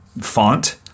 font